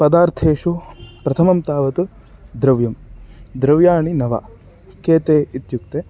पदार्थेषुप्रथमं तावत् द्रव्यं द्रव्याणि नव के ते इत्युक्ते